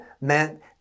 meant